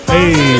Hey